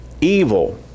evil